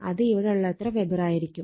അത് ഇവിടെയുള്ളത്ര വെബർ ആയിരിക്കും